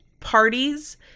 parties